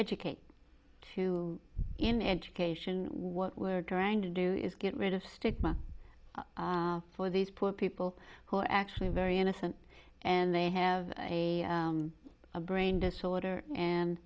educate to in education what we're trying to do is get rid of stigma for these poor people who are actually very innocent and they have a brain disorder and